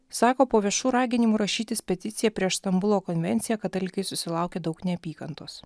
sako po viešų raginimų rašytis peticiją prieš stambulo konvenciją katalikai susilaukė daug neapykantos